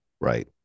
Right